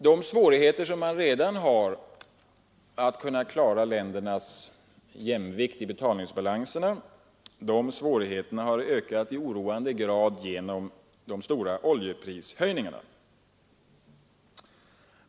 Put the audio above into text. De svårigheter man redan har att klara ländernas jämvikt i fråga om betalningsbalans har ökat i oroande grad genom de stora oljeprishöjningarna.